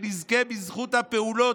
שנזכה בזכות הפעולות,